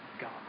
God